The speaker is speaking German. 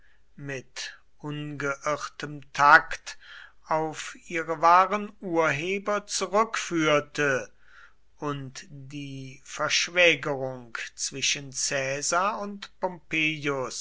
ungeirrtem takt auf ihre wahren urheber zurückführte und die verschwägerung zwischen caesar und